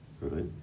right